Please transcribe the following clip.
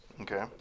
Okay